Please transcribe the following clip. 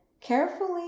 carefully